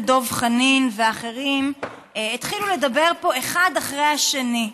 דב חנין ואחרים התחילו לדבר פה אחד אחרי השני: